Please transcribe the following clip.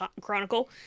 Chronicle